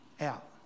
out